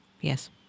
Yes